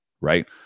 Right